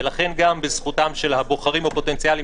לכן גם בזכותם של הבוחרים הפוטנציאליים